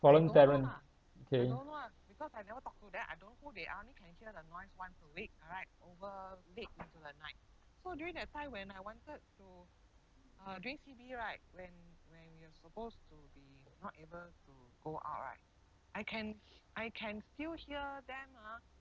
foreign talent K